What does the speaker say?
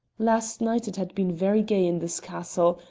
last night it had been very gay in this castle,